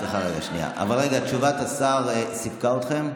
רגע, תשובת השר סיפקה אתכם?